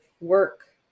work